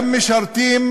גם משרתים